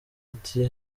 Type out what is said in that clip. ati